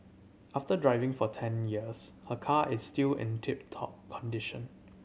after driving for ten years her car is still in tip top condition